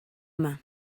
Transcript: yma